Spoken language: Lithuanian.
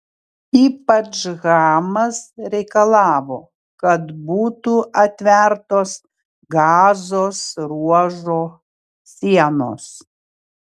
ypač hamas reikalavo kad būtų atvertos gazos ruožo sienos